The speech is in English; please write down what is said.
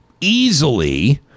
easily